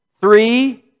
Three